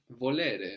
Volere